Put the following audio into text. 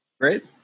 Great